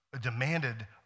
demanded